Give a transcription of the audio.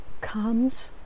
comes